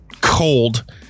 cold